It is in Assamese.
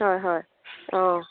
হয় হয় অঁ